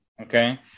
Okay